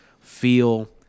feel